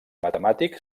matemàtic